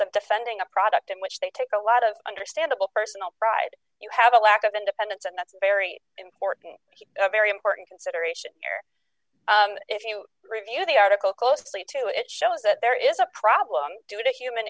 of defending a product in which they take a lot of understandable personal pride you have a lack of independence and that's a very important very important consideration or if you review the article closely to it shows that there is a problem due to human